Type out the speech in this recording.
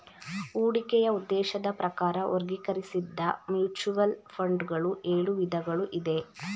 ಹೂಡಿಕೆಯ ಉದ್ದೇಶದ ಪ್ರಕಾರ ವರ್ಗೀಕರಿಸಿದ್ದ ಮ್ಯೂಚುವಲ್ ಫಂಡ್ ಗಳು ಎಳು ವಿಧಗಳು ಇದೆ